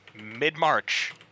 mid-march